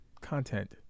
Content